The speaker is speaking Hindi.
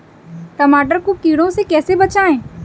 टमाटर को कीड़ों से कैसे बचाएँ?